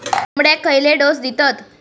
कोंबड्यांक खयले डोस दितत?